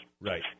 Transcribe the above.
Right